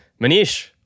Manish